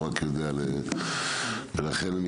ולכן,